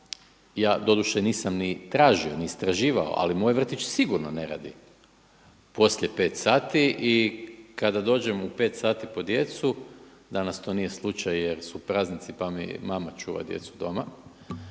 Ja doduše nisam ni tražio, ni istraživao ali moj vrtić sigurno ne radi poslije pet sati i kada dođem u pet sati po djecu, danas to nije slučaj jer su praznici pa mi mama čuva djecu doma,